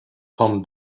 tom